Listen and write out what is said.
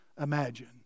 imagine